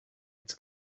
its